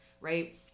right